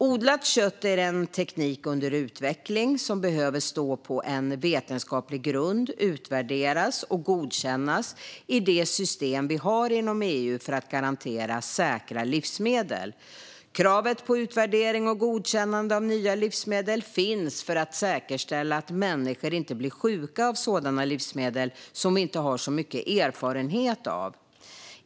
Odlat kött är en teknik under utveckling som behöver stå på vetenskaplig grund, utvärderas och godkännas i de system vi har inom EU för att garantera säkra livsmedel. Kravet på utvärdering och godkännande av nya livsmedel finns för att säkerställa att människor inte blir sjuka av sådana livsmedel som vi inte har så mycket erfarenhet av.